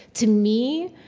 to me,